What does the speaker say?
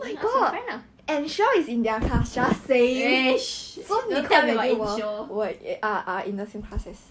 then you ask your friend lah eh don't tell me about anshia